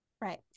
Right